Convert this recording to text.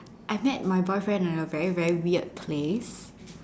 I met my boyfriend at a very very weird place